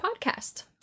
podcast